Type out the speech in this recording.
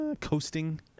coasting